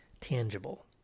Tangible